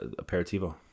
aperitivo